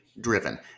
driven